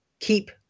keep